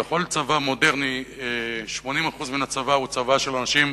בכל צבא מודרני 80% מהצבא הוא צבא של אנשים